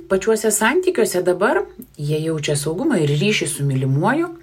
pačiuose santykiuose dabar jie jaučia saugumą ir ryšį su mylimuoju